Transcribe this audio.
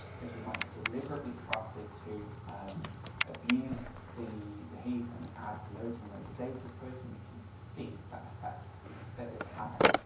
this is mine deliberately crafted to abuse the the heap and add loads and loads of data to it and we can see the effect that it's having.